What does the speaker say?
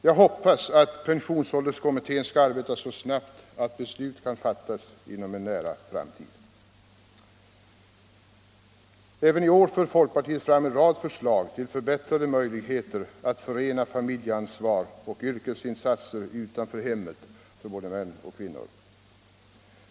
Jag hoppas att pensionsålderskommittén skall arbeta så snabbt att beslut kan fattas inom en nära framtid. Också i år för folkpartiet fram en rad förslag till förbättrade möjligheter att förena familjeansvar och yrkesinsatser utanför hemmet för både män och kvinnor.